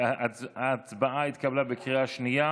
ההצעה התקבלה בקריאה השנייה.